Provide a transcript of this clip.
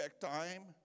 time